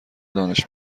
دانش